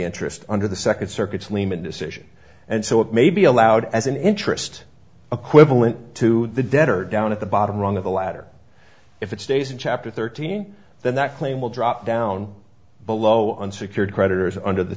interest under the second circuit saleman decision and so it may be allowed as an interest a quibbling to the debtor down at the bottom rung of the latter if it stays in chapter thirteen then that claim will drop down below unsecured creditors under the